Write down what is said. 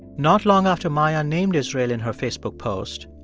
not long after maia named israel in her facebook post,